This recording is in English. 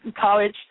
college